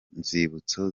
nzibutso